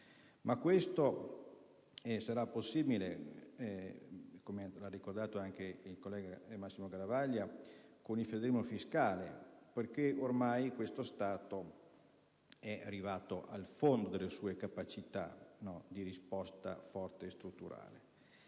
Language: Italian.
Ma questo sarà possibile, come ha ricordato il senatore Massimo Garavaglia, con il federalismo fiscale. Ormai, infatti, questo Stato è arrivato al fondo delle sue capacità di dare una risposta forte e strutturale.